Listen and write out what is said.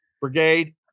Brigade